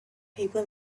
people